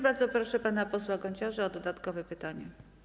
Bardzo proszę pana posła Gonciarza o dodatkowe pytanie.